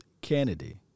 Kennedy